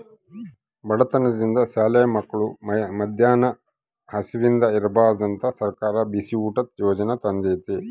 ಬಡತನದಿಂದ ಶಾಲೆ ಮಕ್ಳು ಮದ್ಯಾನ ಹಸಿವಿಂದ ಇರ್ಬಾರ್ದಂತ ಸರ್ಕಾರ ಬಿಸಿಯೂಟ ಯಾಜನೆ ತಂದೇತಿ